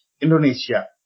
Indonesia